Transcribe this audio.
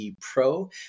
Pro